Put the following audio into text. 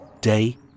day